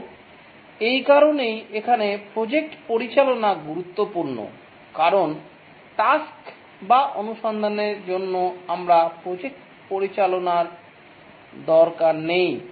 এবং এই কারণেই এখানে প্রজেক্ট পরিচালনা গুরুত্বপূর্ণ কারণ টাস্ক বা অনুসন্ধানের জন্য আপনার প্রজেক্ট পরিচালনার দরকার নেই